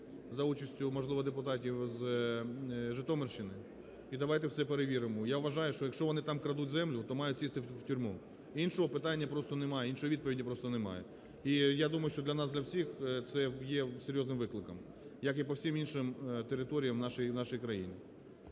за участю, можливо, депутатів з Житомирщини. І давайте все перевіримо. Я вважаю, що якщо вони там крадуть землю, то мають сісти у тюрму. Іншого питання просто немає, іншої відповіді просто немає. І я думаю, що для нас для всіх це є серйозним викликом, як і по всім іншим територіям нашої країни.